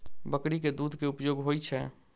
बकरी केँ दुध केँ की उपयोग होइ छै?